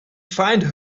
find